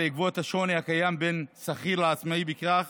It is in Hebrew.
בעקבות השוני הקיים בין שכיר לעצמאי בכך